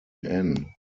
anne